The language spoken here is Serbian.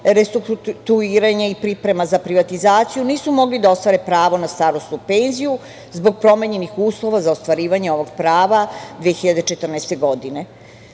restrukturiranje i priprema za privatizaciju nisu mogli da ostvare pravo na starosnu penziju, zbog promenjenih uslova za ostvarivanje ovog prava 2014. godine. Zakonom